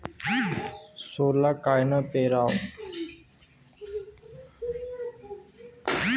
सोला कायनं पेराव?